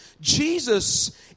Jesus